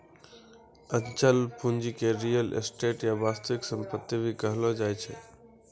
अचल पूंजी के रीयल एस्टेट या वास्तविक सम्पत्ति भी कहलो जाय छै